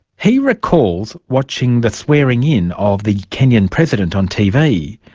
he recalls watching the swearing in of the kenyan president on tv.